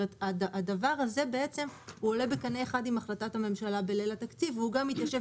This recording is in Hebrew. הדבר הזה עולה בקנה אחד עם החלטת הממשלה בליל התקציב וגם מתיישב